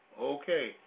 Okay